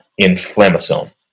inflammasome